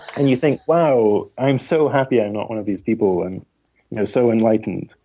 and you think, wow, i'm so happy i'm not one of these people, and you know so enlightened,